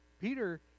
Peter